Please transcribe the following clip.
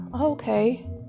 Okay